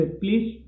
please